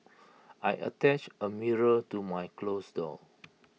I attached A mirror to my close door